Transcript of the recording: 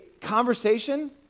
conversation